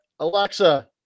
Alexa